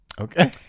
Okay